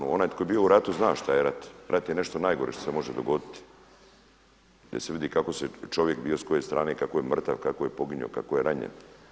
Onaj koji je bio u ratu zna šta je rat, rat je nešto najgore što se može dogoditi, gdje se vidi kako je čovjek, s bilo koje strane, kako je mrtav, kako je poginuo, kako je ranjen.